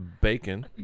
Bacon